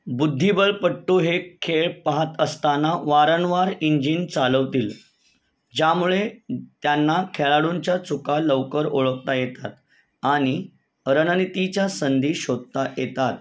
बुद्धिबळपट्टू हे खेळ पाहत असताना वारंवार इंजिन चालवतील ज्यामुळे त्यांना खेळाडूंच्या चुका लवकर ओळखता येतात आणि रणनीतीच्या संधी शोधता येतात